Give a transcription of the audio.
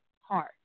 heart